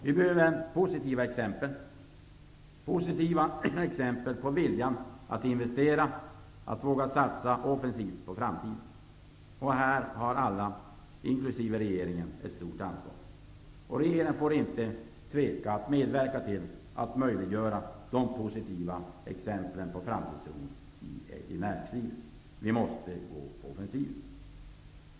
Vi behöver positiva exempel - exempel på vilja att investera och på mod att satsa offensivt på framtiden. Här har alla inkl. regeringen ett stort ansvar. Regeringen får inte tveka att medverka till att möjliggöra de positiva exemplen på framtidstro i näringslivet. Vi måste gå på offensiven.